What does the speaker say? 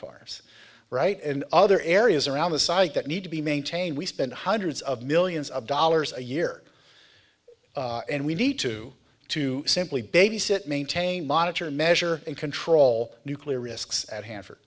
fires right in other areas around the site that need to be maintained we spend hundreds of millions of dollars a year and we need to to simply babysit maintain monitor and measure and control nuclear risks at hanford